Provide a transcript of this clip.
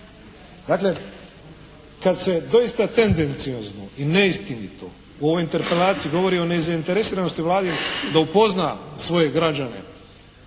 Dakle, kada se doista tendenciozno i neistinito o interpelaciji govori o nezainteresiranosti Vlade da upozna svoje građane